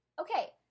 okay